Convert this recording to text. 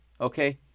okay